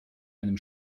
einem